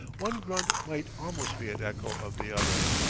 one grunt might almost be an echo of the other.